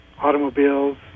automobiles